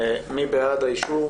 מי בעד האישור?